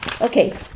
Okay